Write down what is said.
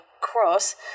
cross